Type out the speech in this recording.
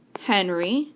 henry